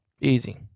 easy